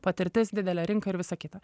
patirtis didelė rinka ir visa kita